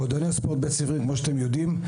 מועדוני הספורט כמו שאתם יודעים,